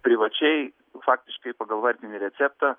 privačiai faktiškai pagal vardinį receptą